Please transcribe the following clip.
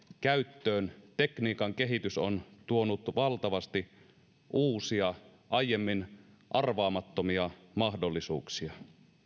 käyttöön tekniikan kehitys on tuonut valtavasti uusia aiemmin arvaamattomia mahdollisuuksia